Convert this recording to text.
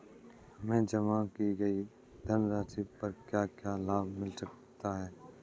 हमें जमा की गई धनराशि पर क्या क्या लाभ मिल सकता है?